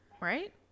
Right